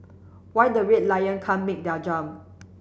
why the Red Lion can't make their jump